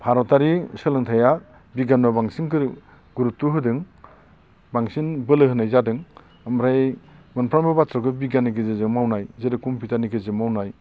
भारतारि सोलोंथाया बिगियानाव बांसिन गुरुदथ' होदों बांसिन बोलो होनाय जादों ओमफ्राय मोनफ्रोमबो बाथ्राखौ बिगियाननि गेजेरजों मावनाय जेरेखम बिगियाननि गेजेरजों मावनाय